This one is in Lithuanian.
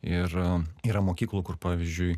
ir yra mokyklų kur pavyzdžiui